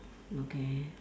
okay